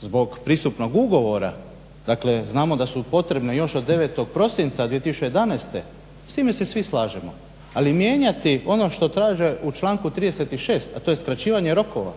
zbog pristupnog ugovora, dakle da su potrebne još od 9.prosinca 2011.s time se svi slažemo, ali mijenjati ono što traže u članku 36., a to je skraćivanje rokova